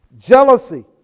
Jealousy